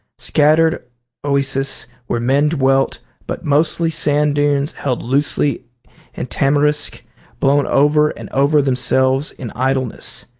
scattered oases where men dwelt, but mostly sand dunes held loosely in tamarisk blown over and over themselves in idleness.